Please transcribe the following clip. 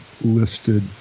listed